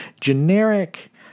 generic